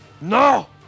no